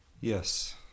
yes